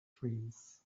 dreams